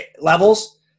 levels